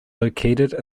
located